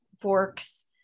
forks